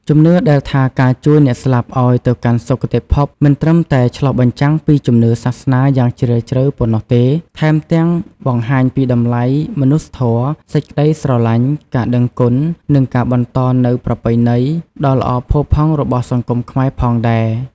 ជំនឿដែលថាការជួយអ្នកស្លាប់ឲ្យទៅកាន់សុគតិភព មិនត្រឹមតែឆ្លុះបញ្ចាំងពីជំនឿសាសនាយ៉ាងជ្រាលជ្រៅប៉ុណ្ណោះទេ ថែមទាំងបង្ហាញពីតម្លៃមនុស្សធម៌ សេចក្តីស្រឡាញ់ ការដឹងគុណ និងការបន្តនូវប្រពៃណី ដ៏ល្អផូរផង់របស់សង្គមខ្មែរផងដែរ។